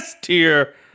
tier